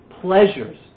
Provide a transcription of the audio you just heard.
pleasures